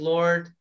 Lord